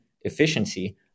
efficiency